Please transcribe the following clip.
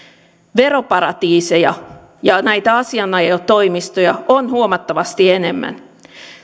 veroparatiiseja ja näitä asianajotoimistoja on huomattavasti enemmän